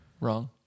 wrong